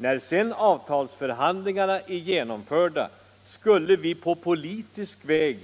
När sedan avtalsförhandlingarna är genomförda skulle på politisk väg